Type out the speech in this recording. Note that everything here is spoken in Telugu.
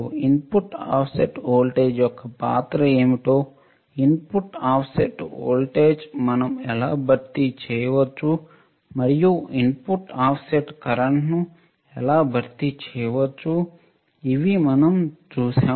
ఇన్పుట్ ఆఫ్సెట్ వోల్టేజ్ యొక్క పాత్ర ఏమిటో ఇన్పుట్ ఆఫ్సెట్ వోల్టేజ్ను మనం ఎలా భర్తీ చేయవచ్చు మరియు ఇన్పుట్ ఆఫ్సెట్ కరెంట్ను ఎలా భర్తీ చేయవచ్చుఇవి మనం చూశాము